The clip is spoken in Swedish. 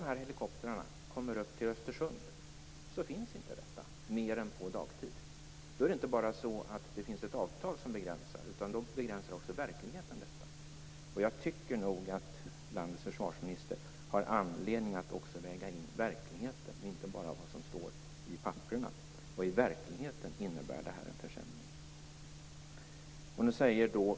När helikoptrarna kommer upp till Östersund finns inte denna hjälp mer än på dagtid. Då är det inte bara ett avtal som begränsar, utan då begränsar också verkligheten verksamheten. Jag tycker nog att landets försvarsminister har anledning att också väga in verkligheten, och inte bara vad som står i papperna. I verkligheten innebär förflyttningen en försämring.